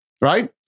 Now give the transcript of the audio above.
right